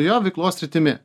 jo veiklos sritimi